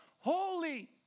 holy